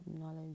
knowledge